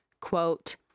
quote